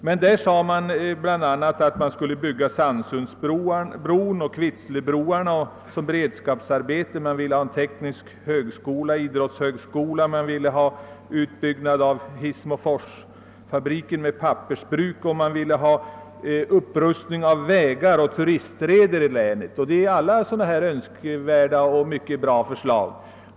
I framställningen begärdes bl.a. att Sannsundsbron och = Kvitslebroarna skulle byggas som beredskapsarbete. Man föreslog vidare förläggandet av en teknisk högskola och en idrottshögskola till länet, man ville få Hissmoforsfabriken utbyggd med ett pappersbruk, och man krävde en upprustning av vägar och turistleder i länet. Detta är alla önskvärda och mycket bra förslag.